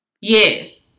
Yes